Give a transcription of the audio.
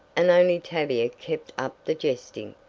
and only tavia kept up the jesting.